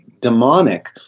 demonic